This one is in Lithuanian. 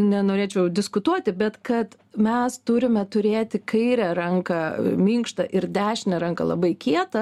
nenorėčiau diskutuoti bet kad mes turime turėti kairę ranką minkštą ir dešinę ranką labai kietą